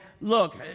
look